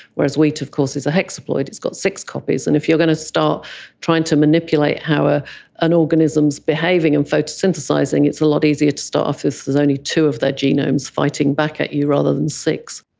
whereas wheat of course is a hexaploid, it's got six copies. and if you're going to start trying to manipulate how ah an organism is behaving and photosynthesising, it's a lot easier to start there's only two of their genomes fighting back at you rather than six.